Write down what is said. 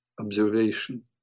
observation